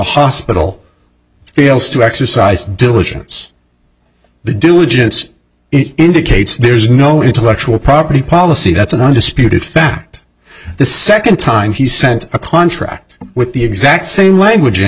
hospital fails to exercise diligence the diligence indicates there's no intellectual property policy that's an undisputed fact the second time he sent a contract with the exact same language in